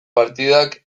partidak